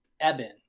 Eben